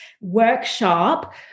workshop